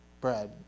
Brad